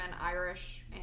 Irish